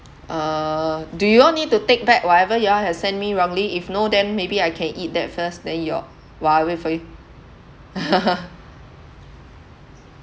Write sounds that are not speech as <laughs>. uh do you all need to take back whatever you all has sent me wrongly if no then maybe I can eat that first then you all while I wait for you <laughs>